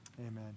Amen